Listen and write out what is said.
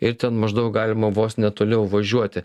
ir ten maždaug galima vos ne toliau važiuoti